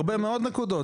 הרבה מאוד נקודות.